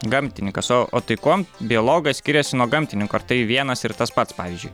gamtininkas o o tai kuom biologas skiriasi nuo gamtininko ar tai vienas ir tas pats pavyzdžiui